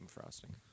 frosting